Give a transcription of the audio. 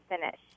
finish